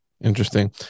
Interesting